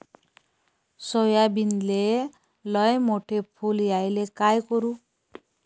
सोयाबीनले लयमोठे फुल यायले काय करू?